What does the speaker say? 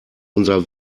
unser